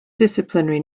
disciplinary